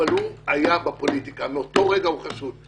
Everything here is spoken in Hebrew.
אבל הוא היה בפוליטיקה, מאותו רגע הוא חשוד.